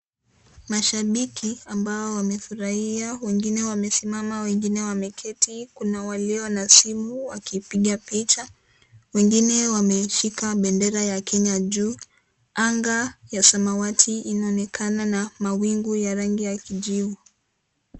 Mashabiki ambao wamefurahia, wengine wamesimama, wengine wameketi, kuna walio na simu wakipiga picha. Wengine wameshika bendera ya Kenya juu . Anga ya samawati inaonekana na mawingu ya rangi ya kijivu.